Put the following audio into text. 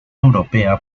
europea